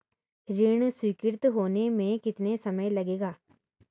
ऋण स्वीकृत होने में कितना समय लगेगा?